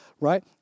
right